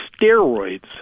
steroids –